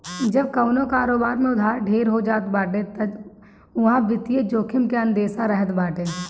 जब कवनो कारोबार में उधार ढेर हो जात बाटे तअ उहा वित्तीय जोखिम के अंदेसा रहत बाटे